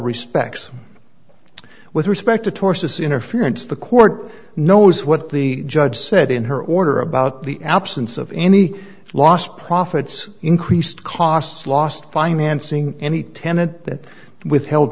respects with respect to tortious interference the court knows what the judge said in her order about the absence of any lost profits increased costs lost financing any tenet withheld